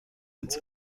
its